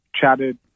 chatted